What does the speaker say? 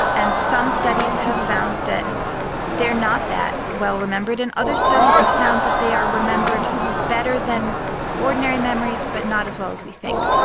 and some studies have found that they're not that well remembered and other studies have found that they are remembered better than ordinary memories but not as well as we think.